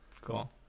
Cool